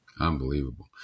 Unbelievable